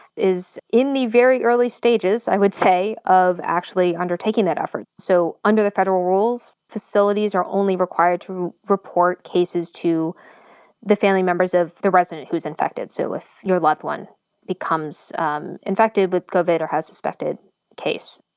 is in the very early stages, i would say, of actually undertaking that effort. so under the federal rules, facilities are only required to report cases to the family members of the resident who's infected. so if your loved one becomes um infected with covid, or has a suspected case,